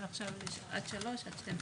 ועכשיו זה עד 12 שנים.